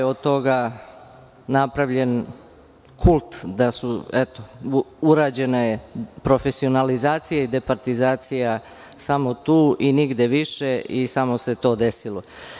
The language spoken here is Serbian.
Od toga je napravljen kult da su urađene profesionalizacije i departizacija samo tu i nigde više, i samo se to desilo.